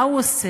מה הוא עושה,